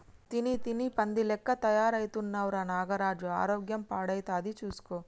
తిని తిని పంది లెక్క తయారైతున్నవ్ రా నాగరాజు ఆరోగ్యం పాడైతది చూస్కో